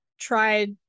tried